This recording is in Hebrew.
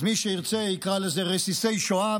אז מי שירצה יקרא לזה רסיסי שואה,